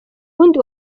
wundi